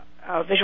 visual